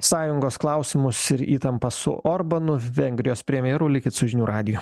sąjungos klausimus ir įtampą su orbanu vengrijos premjeru likit su žinių radiju